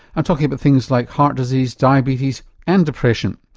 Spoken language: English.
i'm talking about things like heart disease, diabetes and depression.